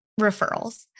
referrals